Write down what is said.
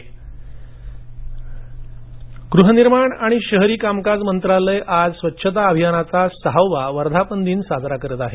रुवछता गृहनिर्माण आणि शहरी कामकाज मंत्रालय आज स्वच्छता अभियानाचा सहावा वर्धापन दिन साजरा करत आहे